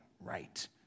right